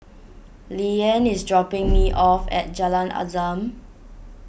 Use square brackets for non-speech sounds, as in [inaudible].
Leeann is dropping [noise] me off at Jalan Azam